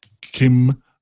Kim